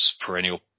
perennial